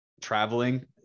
traveling